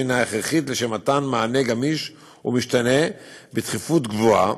שהיא הכרחית לשם מתן מענה גמיש ומשתנה בתכיפות גבוהה,